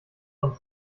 und